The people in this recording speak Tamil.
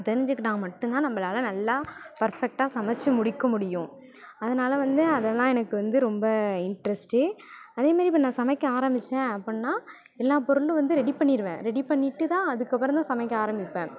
தெரிஞ்சிக்கிட்டால் மட்டும் தான் நம்மளால நல்லா பர்ஃபெக்டாக சமைச்சி முடிக்க முடியும் அதனால வந்து அதெல்லாம் எனக்கு வந்து ரொம்ப இன்ட்ரெஸ்ட்டு அதே மாரி இப்போ நான் சமைக்க ஆரபிச்சேன் அப்புடின்னா எல்லா பொருளும் வந்து ரெடி பண்ணிருவேன் ரெடி பண்ணிட்டு தான் அதுக்கப்பறம் தான் சமைக்க ஆரபிப்பேன்